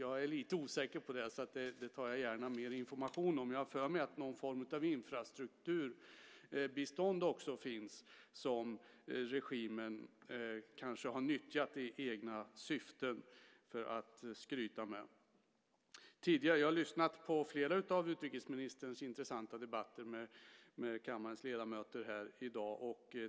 Jag är lite osäker på det, så det tar jag gärna emot mer information om. Jag har för mig att det också finns någon form av infrastrukturbistånd, som regimen kanske har nyttjat i egna syften för att skryta med. Jag har lyssnat på flera av utrikesministerns intressanta debatter med kammarens ledamöter här i dag.